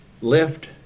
left